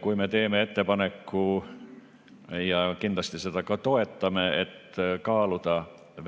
Kui me teeme ettepaneku ja kindlasti seda ka toetame, et kaaluda